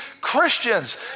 Christians